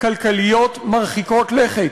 כלכליות מרחיקות לכת,